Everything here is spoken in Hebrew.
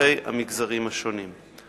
בצורכי המגזרים השונים.